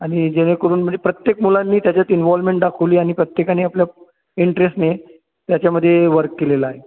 आणि जेणेकरून म्हणजे प्रत्येक मुलांनी त्याच्यात इन्व्हॉल्वमेंट दाखवली आणि प्रत्येकाने आपलं इंट्रेस्टनी यांच्यामध्ये वर्क केलेलं आहे